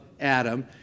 Adam